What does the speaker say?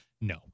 No